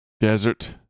Desert